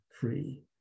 free